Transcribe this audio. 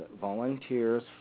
volunteers